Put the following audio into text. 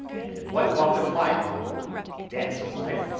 and in what walk of life, or dance of life,